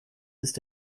ist